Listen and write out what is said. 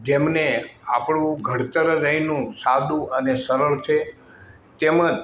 જેમને આપણું ઘડતર જ અહીંનું સાદું અને સરળ છે તેમજ